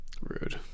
Rude